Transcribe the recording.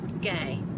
gay